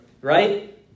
Right